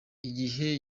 igihe